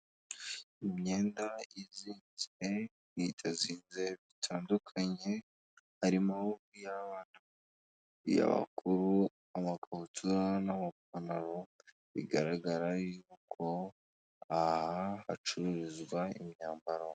Imyenda izinze n'itazinze bitandukanye harimo iy'abana, iy'abakuru, amakabutura n'amapanaro bigaragara y'uko aha hacururizwa imyambaro.